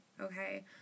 okay